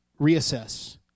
reassess